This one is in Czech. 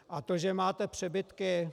A to, že máte přebytky.